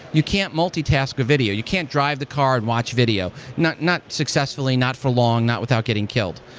you can't multitask a video. you can't drive the car and watch video. not not successfully, not for long, not without getting killed.